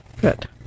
Good